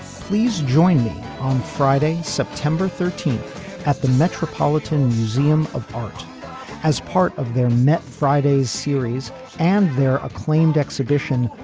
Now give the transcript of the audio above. please join me on friday september thirteen at the metropolitan museum of art as part of their net fridays series and their acclaimed exhibition.